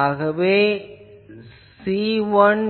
ஆகவே c1g1z